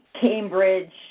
Cambridge